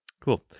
cool